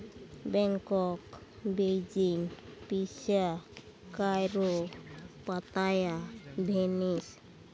Bangkok ᱵᱮᱡᱤᱝ ᱯᱤᱥᱟᱠ ᱠᱟᱭᱨᱳ ᱯᱟᱛᱟᱭᱟ ᱵᱷᱮᱱᱤᱥ